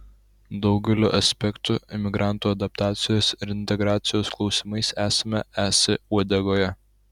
daugeliu aspektų imigrantų adaptacijos integracijos klausimais esame es uodegoje